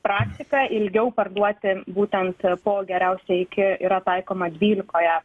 praktika ilgiau parduoti būtent po geriausia iki yra taikoma dvylikoje